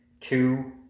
Two